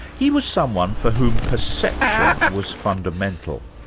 he was someone for whom perception was fundamental,